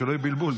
שלא יהיה בלבול,